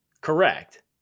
Correct